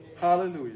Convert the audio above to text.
Hallelujah